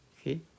Okay